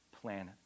planet